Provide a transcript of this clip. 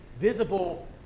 visible